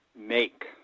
make